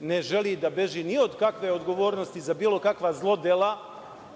ne želi da beži ni od kakve odgovornosti za bilo kakva zlodela